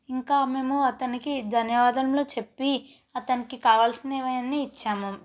ఇంకా మేము అతనికి ధన్యవాదాలు చెప్పి అతనికి కావల్సినవి అన్నీ ఇచ్చాము